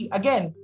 again